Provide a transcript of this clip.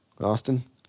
Austin